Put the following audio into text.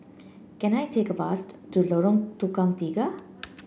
can I take a bus to Lorong Tukang Tiga